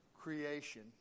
creation